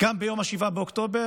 גם ביום 7 באוקטובר,